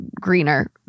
greener